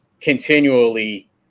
continually